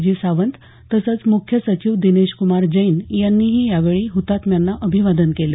जी सावंत तसंच मुख्य सचिव दिनेशकुमार जैन यांनीही यावेळी हुतात्म्यांना अभिवादन केलं